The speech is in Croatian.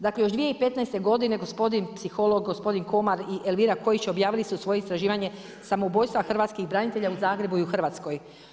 Dakle, još 2015. gospodin psiholog, gospodin Komar i Elvira Koić objavili su svoje istraživanje samoubojstva hrvatskih branitelja u Zagrebu i u Hrvatskoj.